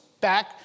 back